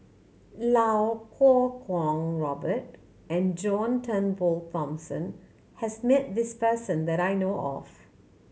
Iau Kuo Kwong Robert and John Turnbull Thomson has met this person that I know of